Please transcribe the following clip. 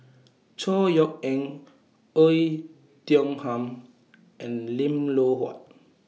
Chor Yeok Eng Oei Tiong Ham and Lim Loh Huat